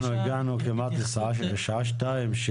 הגענו כמעט לשעה שתיים.